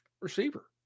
receiver